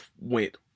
went